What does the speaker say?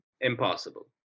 Impossible